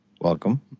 Welcome